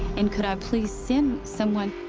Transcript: and could i please send someone?